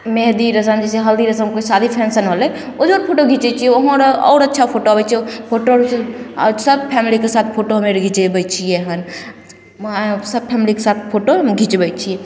मेन्हदी रस्म जैसे हल्दी रस्म जइसे शादीके कोइ फंक्शन होलय ओजो फोटो घिचै छियै ओमहर आओर अच्छा फोटो अबय छै फोटो अर सब फैमिलीके साथ फोटो हमे अर घिचेबय छियै हन सब फैमिलीके साथ फोटो हमे घिचेबय छियै हन